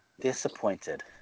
Disappointed